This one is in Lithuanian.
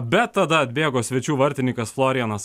bet tada atbėgo svečių vartininkas florianas